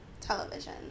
television